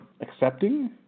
accepting